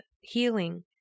healing